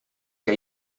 que